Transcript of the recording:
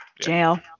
jail